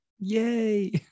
Yay